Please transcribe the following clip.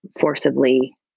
forcibly